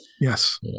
yes